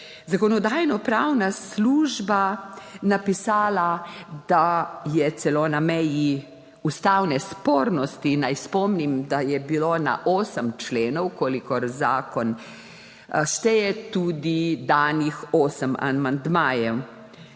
Zakonodajno-pravna služba napisala, da je celo na meji ustavne spornosti. Naj spomnim, da je bilo na osem členov, kolikor zakon šteje, tudi danih osem amandmajev.